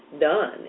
done